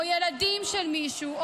או ילדים של מישהו,